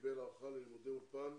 וקיבל הארכה ללימודי אולפן,